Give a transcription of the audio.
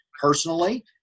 personally